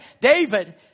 David